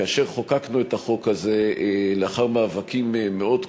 כאשר חוקקנו את החוק הזה, לאחר מאבקים מאוד קשים,